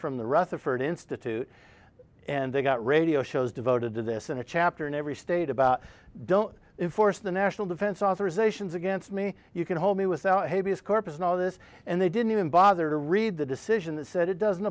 from the rutherford institute and they've got radio shows devoted to this and a chapter in every state about don't force the national defense authorization is against me you can hold me without habeas corpus know this and they didn't even bother to read the decision that said it doesn't